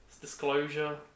disclosure